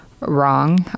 wrong